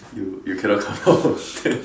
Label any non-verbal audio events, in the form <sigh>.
you you cannot come out from there <laughs>